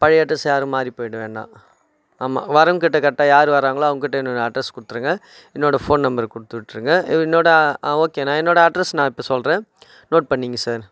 பழைய அட்ரஸ் யாரும் மாறி போயிட வேணாம் ஆமாம் வரவங்கிட்ட கரெக்டாக யார் வராங்களோ அவங்கிட்ட என்னோடய அட்ரஸ் கொடுத்துருங்க என்னோடய ஃபோன் நம்பர் கொடுத்து விட்டுருங்க என்னோடய ஆ ஓகேண்ணா என்னோடய அட்ரஸ் நான் இப்போ சொல்கிறேன் நோட் பண்ணிகோங்க சார்